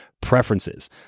preferences